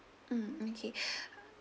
mm okay